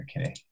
Okay